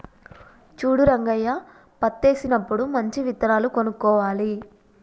చూడు రంగయ్య పత్తేసినప్పుడు మంచి విత్తనాలు కొనుక్కోవాలి